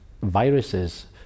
viruses